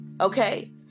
Okay